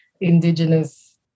indigenous